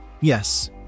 yes